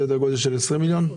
סדר גודל של 20 מיליון?